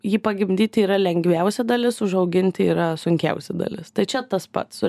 jį pagimdyti yra lengviausia dalis užauginti yra sunkiausia dalis tai čia tas pats su